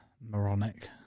moronic